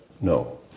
No